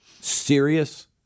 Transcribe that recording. Serious